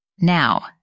Now